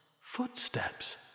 Footsteps